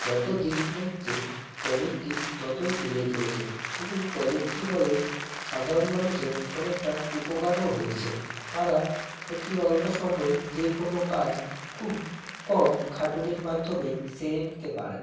যতো দিন যাচ্ছে প্রযুক্তি ততই বেড়ে চলেছে এবং প্রযুক্তির ফলে সাধারণ মানুষের অনেকটা উপকারও হয়েছে তারা অতি অল্প সময়ে যে কোনো কাজ খুব কম খাটুনির মাধ্যমেই সেরে নিতে পারে